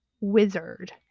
Wizard